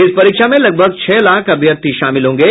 इस परीक्षा में लगभग छह लाख अभ्यर्थी शामिल होंगे